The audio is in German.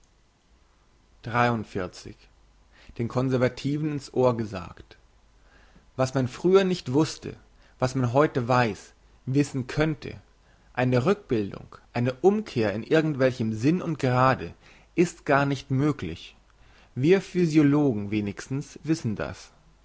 den conservativen in's ohr gesagt was man früher nicht wusste was man heute weiss wissen könnte eine rückbildung eine umkehr in irgend welchem sinn und grade ist gar nicht möglich wir physiologen wenigstens wissen das